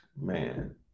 man